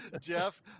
jeff